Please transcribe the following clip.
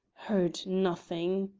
heard nothing.